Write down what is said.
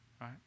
right